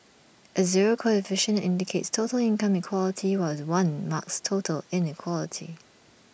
A zero coefficient indicates total income equality while one marks total inequality